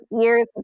years